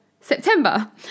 September